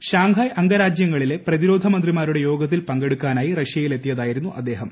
Shanghai അംഗരാജ്യങ്ങളിലെ പ്രതിരോധ മന്ത്രിമാരുടെ യോഗത്തിൽ പങ്കെടുക്കാനായി റഷ്യയിൽ എത്തിയതായിരുന്നു അദ്ദേഹം